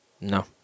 No